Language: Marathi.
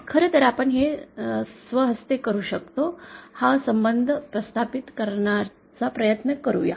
खरं तर आपण हे स्वहस्ते करू शकतो हा संबंध प्रस्थापित करण्याचा प्रयत्न करूया